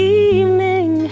evening